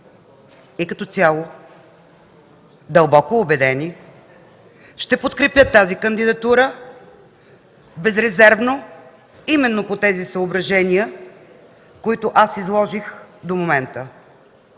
и като цяло дълбоко убедени ще подкрепят тази кандидатура безрезервно именно по съображенията, които изложих до момента.